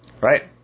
Right